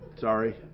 Sorry